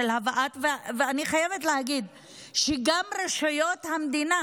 ואני חייבת להגיד שגם רשויות המדינה